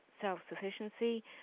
self-sufficiency